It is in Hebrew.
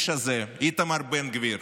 ברמה המקצועית, האיש הזה, איתמר בן גביר,